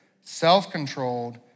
self-controlled